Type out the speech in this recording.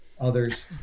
others